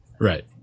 right